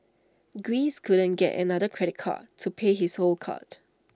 Greece couldn't get another credit card to pay his old cards